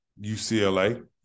UCLA